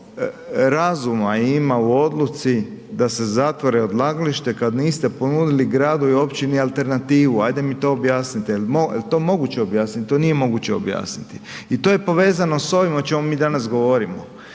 razuma ima u odluci da se zatvore odlagalište kad niste ponudili gradu i općini alternativu, ajde mi to objasnite, jel to moguće objasnit, to nije moguće objasniti i to je povezano s ovim o čemu mi danas govorimo